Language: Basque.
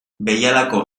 behialako